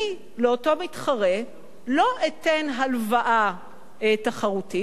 אני לאותו מתחרה לא אתן הלוואה תחרותית